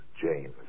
James